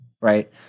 right